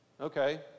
Okay